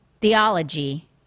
theology